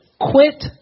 Quit